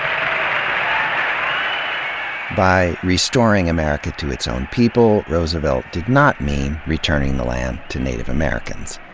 um by restoring america to its own people, roosevelt did not mean returning the land to native americans.